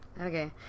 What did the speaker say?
Okay